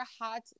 hot